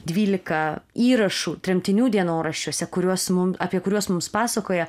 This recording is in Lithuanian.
dvylika įrašų tremtinių dienoraščiuose kuriuos mum apie kuriuos mums pasakoja